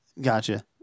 Gotcha